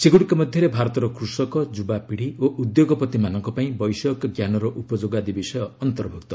ସେଗୁଡ଼ିକ ମଧ୍ୟରେ ଭାରତର କୃଷକ ଯୁବାପୀଢ଼ି ଓ ଉଦ୍ୟୋଗପତିମାନଙ୍କ ପାଇଁ ବୈଷୟିକଜ୍ଞାନର ଉପଯୋଗ ଆଦି ବିଷୟ ଅନ୍ତର୍ଭୁକ୍ତ